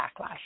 backlash